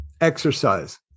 exercise